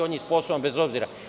On je i sposoban, bez obzira.